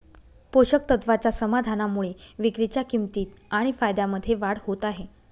पोषक तत्वाच्या समाधानामुळे विक्रीच्या किंमतीत आणि फायद्यामध्ये वाढ होत आहे